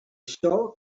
show